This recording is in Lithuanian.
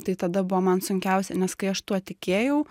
tai tada buvo man sunkiausia nes kai aš tuo tikėjau